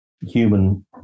human